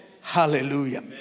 Hallelujah